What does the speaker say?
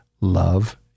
love